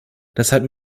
deshalb